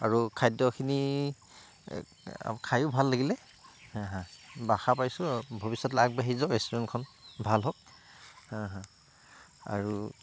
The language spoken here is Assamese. আৰু খাদ্যখিনি খায়ো ভাল লাগিলে হয় হয় আশা ৰাখিছোঁ ভৱিষ্যতলৈ আগবাঢ়ি যাওক ৰেষ্টুৰেণ্টখন ভাল হওক হয় হয় আৰু